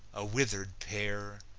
a withered pair,